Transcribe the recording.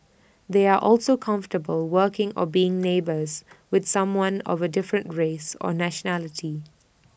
they are also comfortable working or being neighbours with someone of A different race or nationality